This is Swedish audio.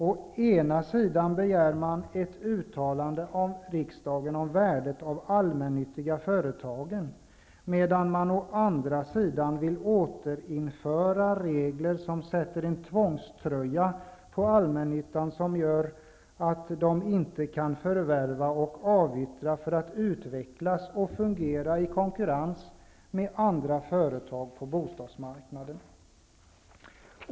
Å ena sidan begär Socialdemokraterna ett uttalande av riksdagen om värdet av de allmännyttiga företagen, medan de å andra sidan vill återinföra regler som sätter en tvångströja på allmännyttan, som gör att man där inte kan förvärva och avyttra för att utvecklas och fungera i konkurrens med andra företag på bostadsmarknaden.